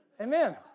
Amen